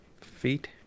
feet